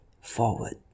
forward